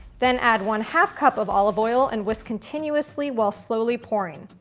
then add one half cup of olive oil and whisk continuously while slowly pouring.